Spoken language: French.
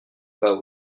bas